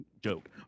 joke